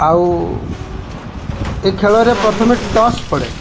ଆଉ ଏ ଖେଳରେ ପ୍ରଥମେ ଟସ୍ ପଡ଼େ